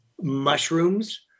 mushrooms